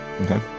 Okay